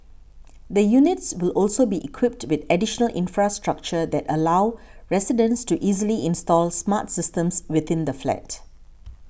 the units will also be equipped with additional infrastructure that allow residents to easily install smart systems within the flat